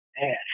Man